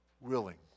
willing